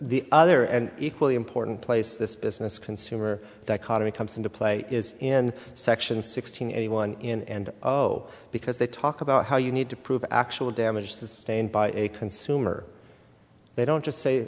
the other and equally important place this business consumer dichotomy comes into play is in section sixteen anyone in and oh because they talk about how you need to prove actual damage sustained by a consumer they don't just say